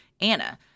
Anna